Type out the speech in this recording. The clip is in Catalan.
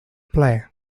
plaer